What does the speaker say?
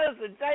listen